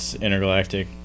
Intergalactic